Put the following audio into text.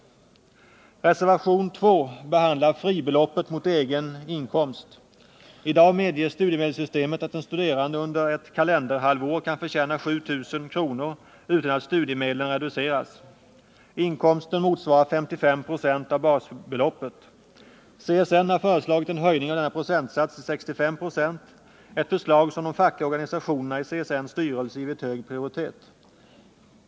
förtjäna 7 000 kr. utan att studiemedlen reduceras. Inkomsten motsvarar 55 96 av basbeloppet. CSN har förslagit en höjning av denna procentsats till 65 96, ett förslag som de fackliga representanterna i CSN:s styrelse givit hög prioritet.